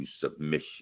submission